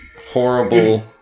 horrible